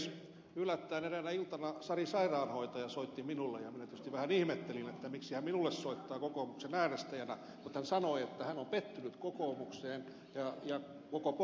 yllättäen eräänä iltana sari sairaanhoitaja soitti minulle ja minä tietysti vähän ihmettelin miksi hän minulle soittaa kokoomuksen äänestäjänä mutta hän sanoi että hän on pettynyt kokoomukseen ja koko porvarihallitukseen